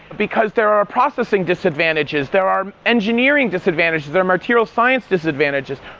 because there are processing disadvantages, there are engineering disadvantages, there are material science disadvantages.